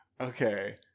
Okay